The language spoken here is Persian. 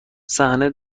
صحنه